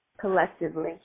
collectively